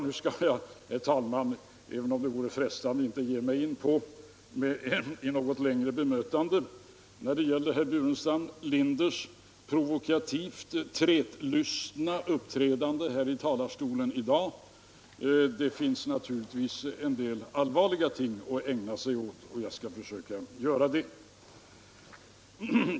Nu skall jag, herr talman, även om det vore frestande, inte ge mig in på något längre bemötande när det gäller herr Burenstam Linders provokativt trätlystna uppträdande i talarstolen här i dag. Det finns naturligtvis en del allvarliga ting att ägna sig åt, och jag skall försöka göra det.